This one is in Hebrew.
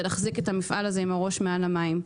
להחזיר את המפעל הזה עם הראש מעל המים.